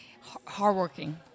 hardworking